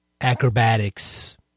acrobatics